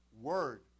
word